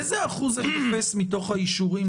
איזה אחוז זה תופס מתוך האישורים